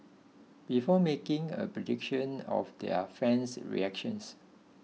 before making a prediction of their fan's reactions